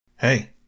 Hey